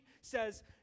says